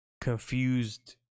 confused